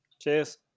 Cheers